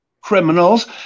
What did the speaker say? criminals